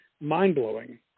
mind-blowing